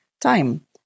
time